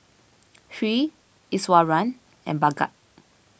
Hri Iswaran and Bhagat